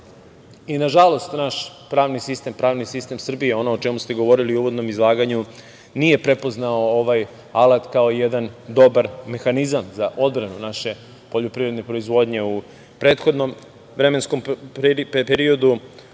i nažalost naš pravni sistem, pravni sistem Srbije, ono o čemu ste govorili u uvodnom izlaganju, nije prepoznao ovaj alat kao jedan dobar mehanizam za odbranu naše poljoprivredne proizvodnje u prethodnom vremenskom periodu.